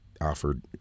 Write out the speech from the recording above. offered